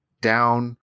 down